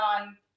on